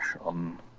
on